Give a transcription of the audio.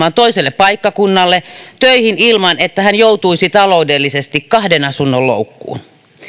toiselle paikkakunnalle töihin ilman että hän joutuisi taloudellisesti kahden asunnon loukkuun